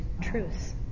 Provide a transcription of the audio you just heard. truths